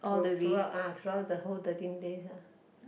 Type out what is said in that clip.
through throughout ah throughout the whole thirteen days uh